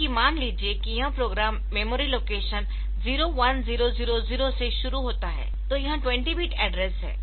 जबकि मान लीजिए कि यह प्रोग्राम मेमोरी लोकेशन 01000 से शुरू होता है तो यह 20 बिट एड्रेस है